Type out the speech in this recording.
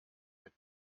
mit